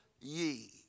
ye